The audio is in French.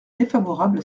défavorable